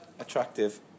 Attractive